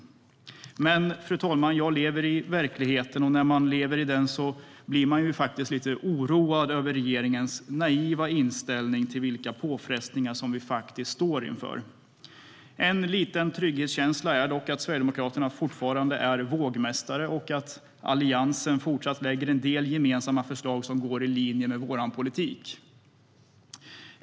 Men, fru talman, jag lever i verkligheten, och när man gör det blir man lite oroad över regeringens naiva inställning till de påfrestningar som vi står inför. En liten trygghetskänsla är dock att Sverigedemokraterna fortfarande är vågmästare och att Alliansen fortsatt lägger fram en del gemensamma förslag som går i linje med vår politik.